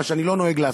מה שאני לא נוהג לעשות.